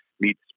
meets